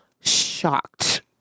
shocked